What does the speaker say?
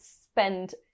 spend